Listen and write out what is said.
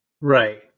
Right